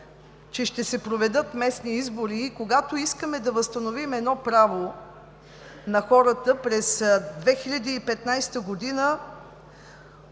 че ще се проведат местни избори, и когато искаме да възстановим едно право на хората – през 2015 г.